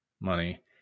money